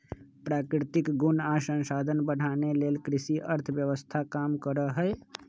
प्राकृतिक गुण आ संसाधन बढ़ाने लेल कृषि अर्थव्यवस्था काम करहइ